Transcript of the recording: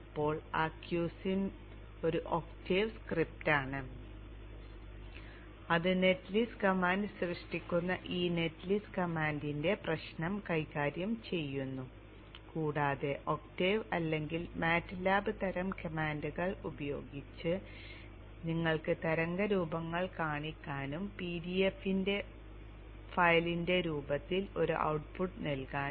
ഇപ്പോൾ ആ q sim ഒരു ഒക്ടേവ് സ്ക്രിപ്റ്റാണ് അത് നെറ്റ് ലിസ്റ്റ് കമാൻഡ് സൃഷ്ടിക്കുന്ന ഈ നെറ്റ് ലിസ്റ്റ് കമാൻഡിന്റെ പ്രശ്നം കൈകാര്യം ചെയ്യുന്നു കൂടാതെ ഒക്ടേവ് അല്ലെങ്കിൽ MATLAB തരം കമാൻഡുകൾ ഉപയോഗിച്ച് നിങ്ങൾക്ക് തരംഗരൂപങ്ങൾ കാണിക്കാനും പിഡിഎഫ് ഫയലിന്റെ രൂപത്തിൽ ഒരു ഔട്ട്പുട്ട് നൽകാനും